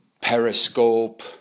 Periscope